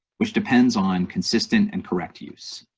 which depends on consistent and correct use.